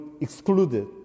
excluded